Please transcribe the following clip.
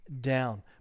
down